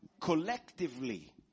collectively